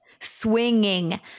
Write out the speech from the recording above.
swinging